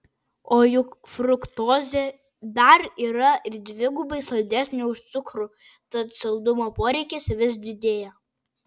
o juk fruktozė dar yra ir dvigubai saldesnė už cukrų tad saldumo poreikis vis didėja